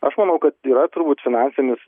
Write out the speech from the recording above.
aš manau kad yra turbūt finansinis